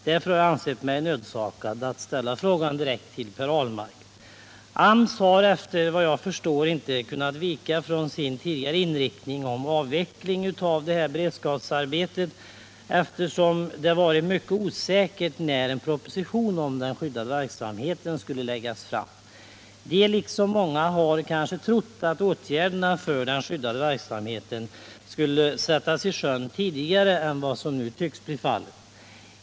Jag har därför ansett mig nödsakad att ställa frågan direkt till Per Ahlmark. AMS har, såvitt jag förstår, inte kunnat vika från sin ståndpunkt att beredskapsarbetet skall avvecklas, eftersom det har varit mycket osäkert när en proposition om den skyddade verksamheten kommer att läggas fram. Liksom så många andra har man kanske trott att åtgärderna för den skyddade verksamheten skulle vidtas tidigare än vad som nu tycks bli fallet.